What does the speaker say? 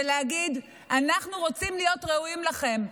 ולהגיד: אנחנו רוצים להיות ראויים לכם,